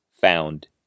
found